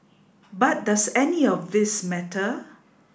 but does any of this matter